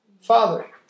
father